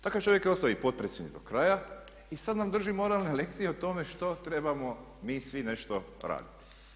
Takav čovjek je ostao i potpredsjednik do kraja i sada nam drži moralne lekcije o tome što trebamo mi svi nešto raditi.